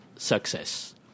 Success